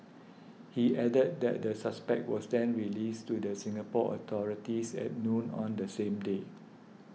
he added that the suspect was then released to the Singapore authorities at noon on the same day